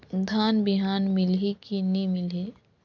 धान बिहान मिलही की नी मिलही?